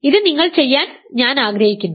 ഇത് നിങ്ങൾ ചെയ്യാൻ ഞാൻ ആഗ്രഹിക്കുന്നു